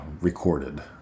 recorded